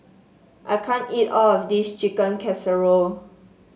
I can't eat all of this Chicken Casserole